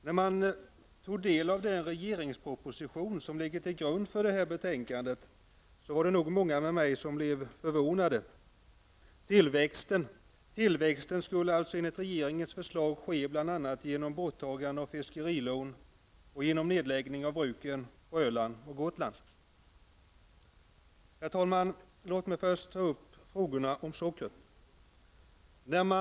När vi tog del av den regeringsproposition som ligger till grund för betänkandet var det nog många med mig som blev förvånade. Tillväxten skulle alltså enligt regerings förslag ske bl.a. genom borttagande av fiskerilån och genom nedläggning av bruken på Öland och Gotland! Herr talman! Låt mig först ta upp frågorna som gäller sockret.